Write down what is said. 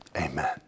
Amen